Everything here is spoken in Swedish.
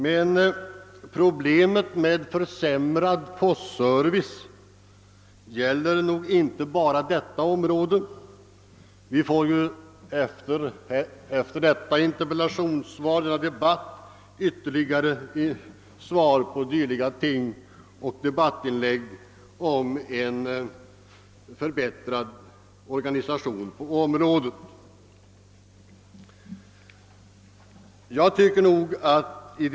Men problemen med den försämrade postservicen är aktuella även i andra områden; nästföljande interpellationssvar gäller också dessa ting, och ytterligare debattinlägg om en förbättrad organisation på området kommer då säkerligen att göras.